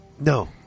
no